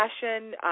fashion